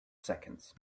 seconds